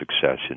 success